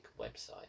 website